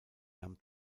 nahm